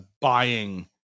buying